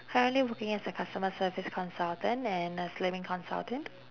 currently working as a customer service consultant and a slimming consultant